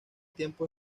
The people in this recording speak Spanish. tiempo